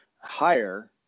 higher